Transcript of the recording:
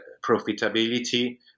profitability